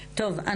טוב.